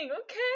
okay